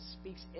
speaks